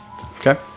Okay